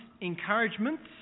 encouragements